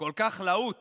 כל כך להוט